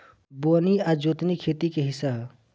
बोअनी आ जोतनी खेती के हिस्सा ह